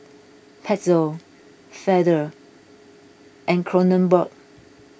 Pezzo Feather and Kronenbourg